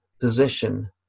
position